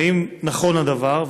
1. האם נכון הדבר?